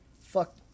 Fuck